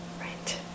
right